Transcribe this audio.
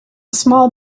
small